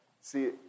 See